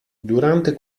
durante